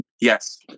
yes